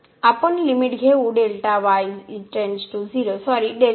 आपण लिमिट घेऊ सॉरी असेल